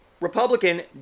Republican